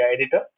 editor